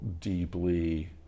deeply